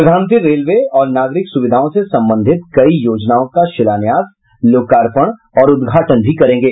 प्रधानमंत्री रेलवे और नागरिक सुविधाओं से संबंधित कई योजनाओं का शिलान्यास लोकार्पण और उद्घाटन भी करेंगे